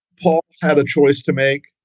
paul had a choice to make.